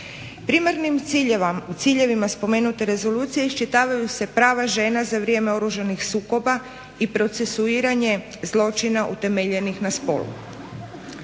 Primarnim ciljevima spomenute rezolucije iščitavaju se prava žena za vrijeme oružanih sukoba i procesuiranje zločina utemeljenih na spolu.